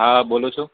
હા બોલું છું